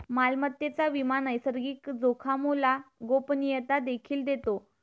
मालमत्तेचा विमा नैसर्गिक जोखामोला गोपनीयता देखील देतो